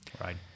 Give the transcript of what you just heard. Right